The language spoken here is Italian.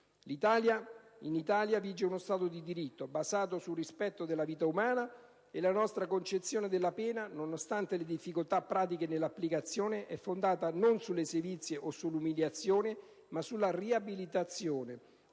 indignati. In Italia vige uno Stato di diritto, basato sul rispetto della vita umana, e la nostra concezione della pena, nonostante le difficoltà pratiche nell'applicazione, è fondata non sulle sevizie o sull'umiliazione, ma sulla riabilitazione,